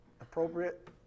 appropriate